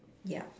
yup